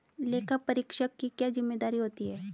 लेखापरीक्षक की क्या जिम्मेदारी होती है?